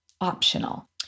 optional